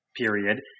period